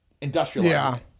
industrialized